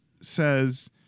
says